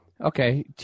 Okay